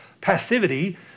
passivity